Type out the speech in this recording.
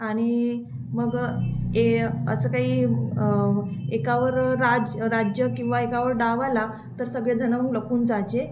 आणि मग ए असं काही एकावर राज राज्य किंवा एकावर डाव आला तर सगळेजण लपून जायचे